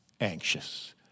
anxious